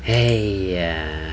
!haiya!